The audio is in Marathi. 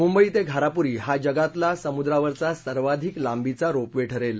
मुंबई ते घाराप्री हा जगातला समुद्रावरचा सर्वाधिक लांबीचा रोप वे ठरेल